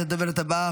הדוברת הבאה,